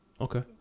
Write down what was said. Okay